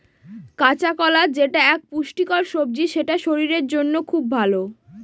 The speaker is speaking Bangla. কাঁচকলা যেটা এক পুষ্টিকর সবজি সেটা শরীরের জন্য খুব ভালো